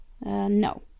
No